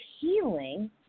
healing